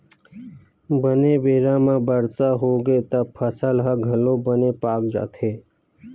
बने बेरा म बरसा होगे त फसल ह घलोक बने पाक जाथे